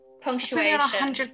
Punctuation